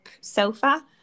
sofa